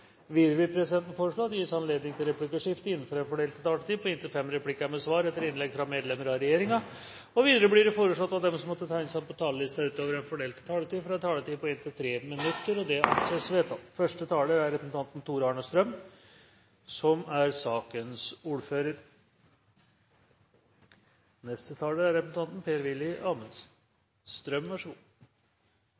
Videre vil presidenten foreslå at det gis anledning til replikkordskifte på inntil fem replikker med svar etter innlegg fra medlem av regjeringen innenfor den fordelte taletid. Videre blir det foreslått at de som måtte tegne seg på talerlisten utover den fordelte taletid, får en taletid på inntil 3 minutter. – Det anses vedtatt.